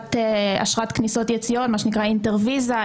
בהחזקת אשרות כניסה ויציאה מה שנקרא InterVisa,